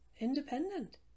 independent